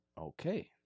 Okay